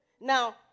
Now